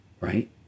right